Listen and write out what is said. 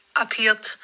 appeared